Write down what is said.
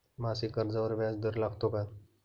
मासिक कर्जावर व्याज दर लागतो का?